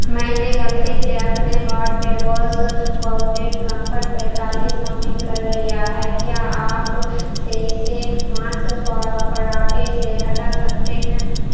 میں نے غلطی سے اپنے کارڈ پہ بوس کونٹیٹ کمفرٹ پینتالیس شامل کر لیا ہے کیا آپ سے اسے مارس فراٹے سے ہٹا سکتے ہیں